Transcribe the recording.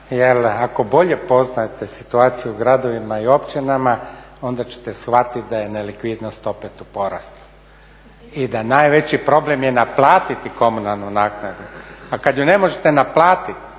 ako bolje poznajete situaciju u gradovima i općinama onda ćete shvatiti da je nelikvidnost opet u porastu i da najveći problem je naplatiti komunalnu naknadu. A kad je ne možete naplatiti